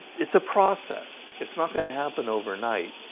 it's a process it's not gonna happen overnight.